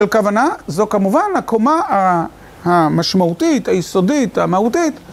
כוונה, זו כמובן הקומה המשמעותית, היסודית, המהותית.